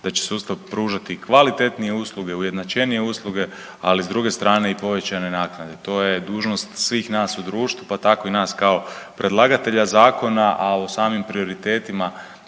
da će sustav pružati kvalitetnije usluge, ujednačenije usluge, ali s druge strane i povećane naknade. To je dužnost svih nas u društvu pa tako i nas kao predlagatelja zakona, a o samim prioritetima